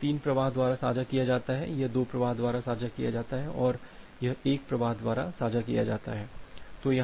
तो यह 3 प्रवाह द्वारा साझा किया जाता है यह 2 प्रवाह द्वारा साझा किया जाता है और यह एक प्रवाह द्वारा साझा किया जाता है